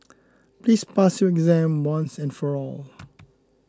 please pass your exam once and for all